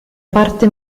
parte